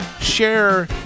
share